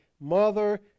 mother